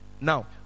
Now